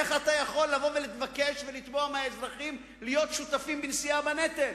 איך אתה יכול לבוא ולבקש ולתבוע מהאזרחים להיות שותפים בנשיאה בנטל?